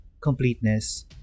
completeness